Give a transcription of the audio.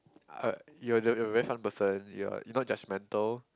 uh you're you're very fun person you are you not judgemental